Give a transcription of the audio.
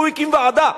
והוא הקים ועדה.